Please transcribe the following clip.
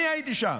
אני הייתי שם.